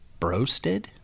broasted